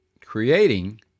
Creating